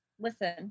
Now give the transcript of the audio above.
listen